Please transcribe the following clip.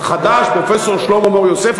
יש מנכ"ל חדש, פרופסור שלמה מור-יוסף.